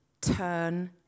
turn